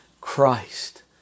Christ